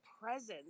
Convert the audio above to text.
presence